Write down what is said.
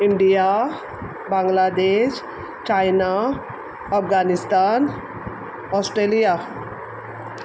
India Bangladesh China Afghanistan Australia